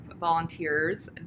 volunteers